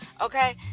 okay